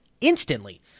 instantly